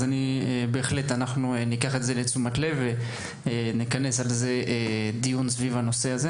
אנחנו ניקח את זה לתשומת ליבנו ונכנס דיון סביב הנושא.